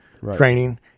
training